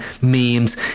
memes